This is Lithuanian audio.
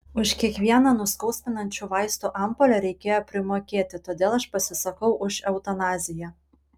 už kiekvieną nuskausminančių vaistų ampulę reikėjo primokėti todėl aš pasisakau už eutanaziją